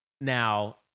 now